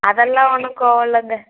அதெல்லாம் ஒன்றும் கோவம் இல்லைங்க